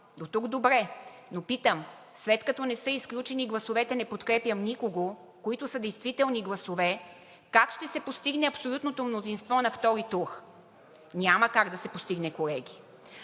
Дотук добре. Но питам: след като не са изключени гласовете „не подкрепям никого“, които са действителни гласове, как ще се постигне абсолютното мнозинство на втори тур? Няма как да се постигне, колеги.